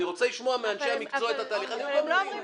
אני רוצה לשמוע מאנשי המקצוע את התהליך --- אבל הם לא אומרים